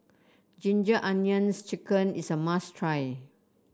Ginger Onions chicken is a must try